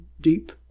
deep